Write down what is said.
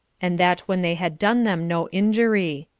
and that when they had done them no injury.